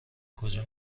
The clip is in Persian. کجا